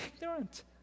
ignorant